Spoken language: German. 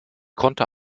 konnte